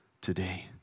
today